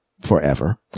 forever